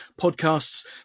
podcasts